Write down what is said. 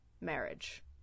marriage